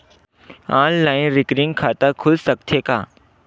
Online recurring खाता खुल सकथे का?